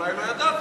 אולי לא ידעת,